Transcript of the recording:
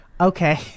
okay